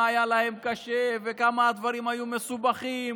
היה להם קשה וכמה הדברים היו מסובכים,